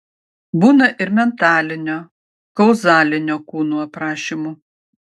būna ir mentalinio kauzalinio kūnų aprašymų